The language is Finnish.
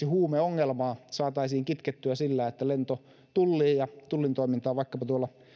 huumeongelmaa saataisiin kitkettyä sillä että lentotulliin ja tullin toimintaan vaikkapa tuolla